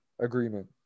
Agreement